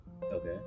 Okay